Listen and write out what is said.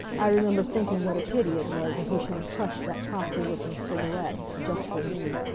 i remember thinking what a pity it was that he should have crushed that costly-looking cigarette, just for me.